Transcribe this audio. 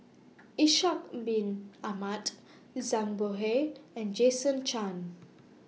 Ishak Bin Ahmad Zhang Bohe and Jason Chan